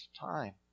time